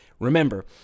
Remember